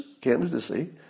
candidacy